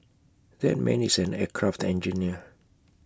that man is an aircraft engineer